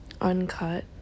Uncut